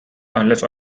unless